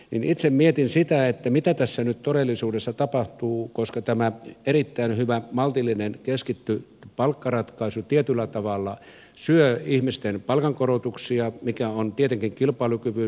itse mietin sitä että mitä tässä nyt todellisuudessa tapahtuu koska tämä erittäin hyvä maltillinen keskitetty palkkaratkaisu tietyllä tavalla syö ihmisten palkankorotuksia mikä on tietenkin kilpailukyvyn näkökulmasta tärkeää